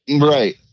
right